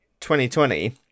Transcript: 2020